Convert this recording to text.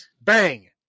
bang